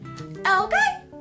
okay